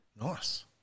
Nice